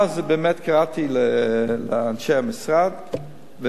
ואז באמת קראתי לאנשי המשרד,